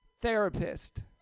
therapist